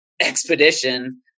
expedition